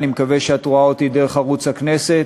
אני מקווה שאת רואה אותי דרך ערוץ הכנסת: